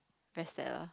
very sad ah